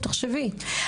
תחשבי,